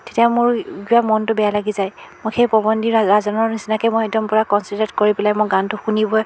তেতিয়া মোৰ বিৰাট মনটো বেয়া লাগি যায় মই সেই পৱনদ্বীপ ৰাজনৰ নিচিনাকে মই একদম পূৰা কনচেনটেড কৰি পেলাই মই গানটো শুনিব